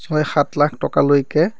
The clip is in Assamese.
ছয় সাত লাখ টকালৈকে